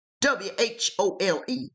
W-H-O-L-E